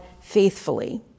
faithfully